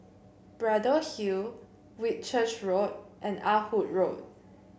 Braddell Hill Whitchurch Road and Ah Hood Road